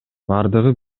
бардыгы